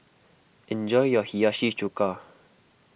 enjoy your Hiyashi Chuka